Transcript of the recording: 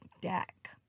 deck